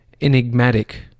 Enigmatic